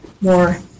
more